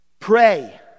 Pray